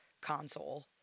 console